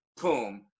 Boom